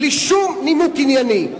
בלי שום נימוק ענייני,